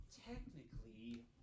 Technically